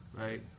Right